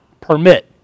permit